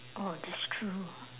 oh that's true